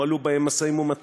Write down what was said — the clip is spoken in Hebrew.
נוהלו בהם משאים-ומתנים,